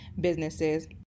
businesses